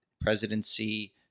presidency